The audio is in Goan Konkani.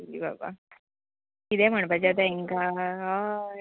शी बाबा किदें म्हणपाचें आतां हेंका हय